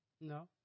No